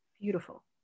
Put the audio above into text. Beautiful